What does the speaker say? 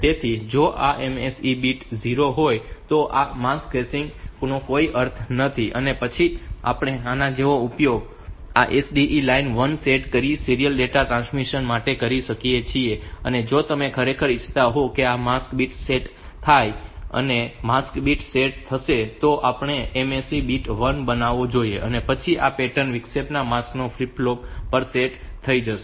તેથી જો આ MSE બીટ 0 હોય તો આ માસ્ક સેટિંગ નો કોઈ અર્થ નથી અને પછી આપણે આનો ઉપયોગ આ SDE ને લાઈન 1 પર સેટ કરીને સીરીયલ ડેટા ટ્રાન્સમિશન માટે કરી શકીએ છીએ અને જો તમે ખરેખર ઇચ્છતા હોવ કે આ માસ્ક બીટ સેટ થશે માસ્ક બીટ સેટ થશે તો આપણે આ MSE ને બીટ 1 બનાવવો જોઈએ અને પછી આ પેટર્ન વિક્ષેપના માસ્ક ફ્લિપ ફ્લોપ પર સેટ થઈ જશે